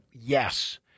Yes